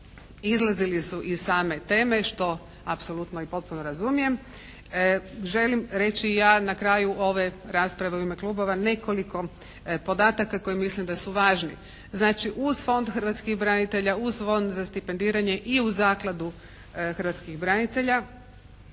izlazili su iz same teme, što apsolutno i potpuno razumijem. Želim reći ja na kraju ove rasprave u ime klubova nekoliko podataka koje mislim da su važni. Znači, uz Fond hrvatskih branitelja, uz Fond za stipendiranje i uz Zakladu hrvatskih branitelja